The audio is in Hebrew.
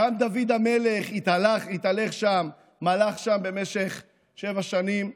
גם דוד המלך התהלך שם, מלך שם במשך שבע שנים.